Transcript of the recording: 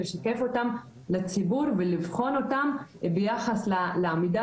לשקף אותם לציבור ולבחון אותם ביחס לעמידה